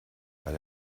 bei